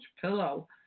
pillow